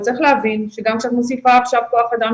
אבל צריך להבין שגם כשאת מוסיפה כבר עכשיו כוח אדם